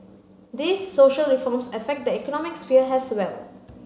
these social reforms affect the economic sphere as well